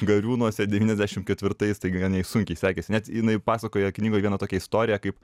gariūnuose devyniasdešimt ketvirtais tai gan jai sunkiai sekėsi jinai pasakoja knygoj vieną tokią istoriją kaip